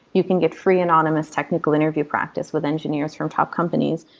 you can get free anonymous technical interview practice with engineers from top companies.